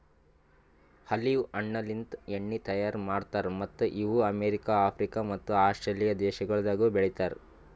olive ಹಣ್ಣಲಿಂತ್ ಎಣ್ಣಿ ತೈಯಾರ್ ಮಾಡ್ತಾರ್ ಮತ್ತ್ ಇವು ಅಮೆರಿಕ, ಆಫ್ರಿಕ ಮತ್ತ ಆಸ್ಟ್ರೇಲಿಯಾ ದೇಶಗೊಳ್ದಾಗ್ ಬೆಳಿತಾರ್